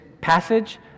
passage